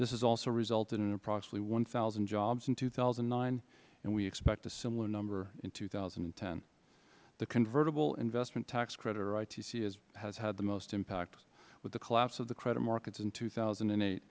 this has also resulted in approximately one thousand jobs in two thousand and nine and we expect a similar number in two thousand and ten the convertible investment tax credit or itc has had the most impact with the collapse of the credit markets in two thousand and eight